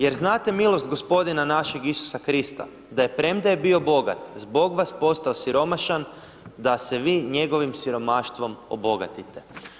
Jer znate milost gospodina našeg Isusa Krista da je premda je bio bogat, zbog vas postao siromašan, da se vi njegovim siromaštvom obogatite.